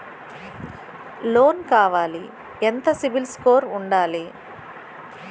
Loan కావాలి ఎంత CIBIL score ఉండాలి?